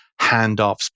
handoffs